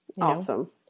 Awesome